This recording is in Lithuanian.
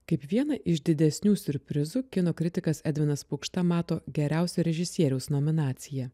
kaip vieną iš didesnių siurprizų kino kritikas edvinas pukšta mato geriausio režisieriaus nominaciją